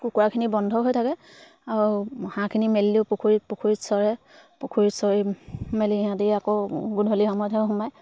কুকুৰাখিনি বন্ধ হৈ থাকে আৰু হাঁহখিনি মেলি দিও পুখুৰীত পুখুৰীত চৰে পুখুৰীত চৰি মেলি সিহঁতি আকৌ গধূলি সময়তহে সোমায়